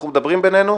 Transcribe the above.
אנחנו מדברים בינינו,